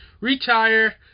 Retire